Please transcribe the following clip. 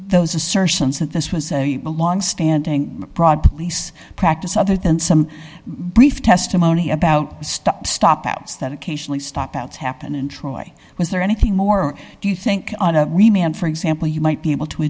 those assertions that this was a longstanding broad police practice other than some brief testimony about stop stop outs that occasionally stop outs happen in troy was there anything more do you think we may have for example you might be able to